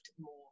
more